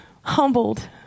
humbled